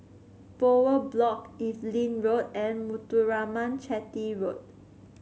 Bowyer Block Evelyn Road and Muthuraman Chetty Road